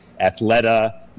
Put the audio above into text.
Athleta